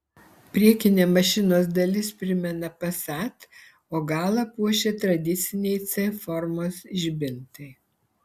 priekinė mašinos dalis primena passat o galą puošia tradiciniai c formos žibintai